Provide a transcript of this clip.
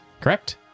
correct